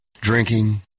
Drinking